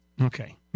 Okay